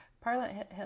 Parliament